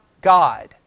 God